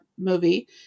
movie